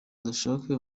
dushake